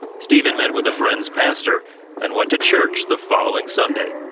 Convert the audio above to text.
stephen met with a friend's pastor and went to church the following sunday.